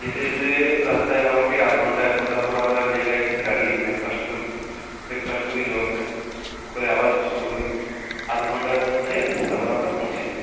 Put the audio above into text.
যেতে যেতে রাস্তায় মোটামুটি আধ ঘন্টা এক ঘন্টা পর আমরা এক জায়গায় দাঁড়িয়ে ব্রেকফাস্ট করি ব্রেকফাস্ট করি জল খাই করে আবার শুরু করি আধ ঘন্টার মধ্যে তারপর আমরা পৌঁছে যাই